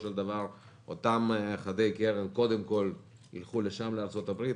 של דבר אותם חדי קרן קודם כל ילכו לארצות הברית,